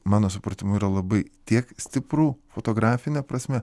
mano supratimu yra labai tiek stipru fotografine prasme